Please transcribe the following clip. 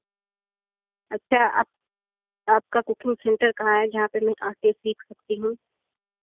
अच्छा आप आपका कुकिंग सेंटर कहाँ है जहाँ पर मैं आकर सीख सकती हूँ